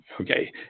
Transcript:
Okay